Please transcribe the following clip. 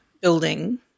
building